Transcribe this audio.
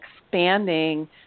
expanding